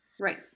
right